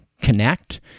connect